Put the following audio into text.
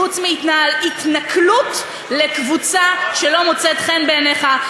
חוץ מהתנכלות לקבוצה שלא מוצאת חן בעיניך.